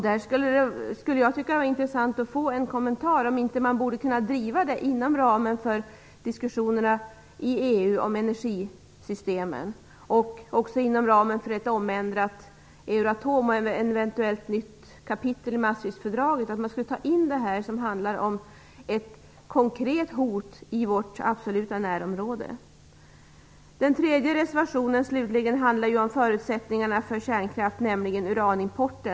Det skulle vara intressant att få en kommentar till frågan om man inte borde kunna driva detta inom ramen för EU:s diskussioner om energisystemen och också inom ramen för ett omändrat Euratom och ett eventuellt nytt kapital i Maastrichtfördraget, i vilket skulle ingå det som handlar om ett konkret hot i vårt absoluta närområde. Den tredje reservationen, slutligen, handlar om förutsättningarna för kärnkraft, nämligen uranimporten.